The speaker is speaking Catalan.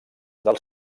del